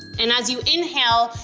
and as you inhale,